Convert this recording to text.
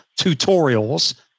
tutorials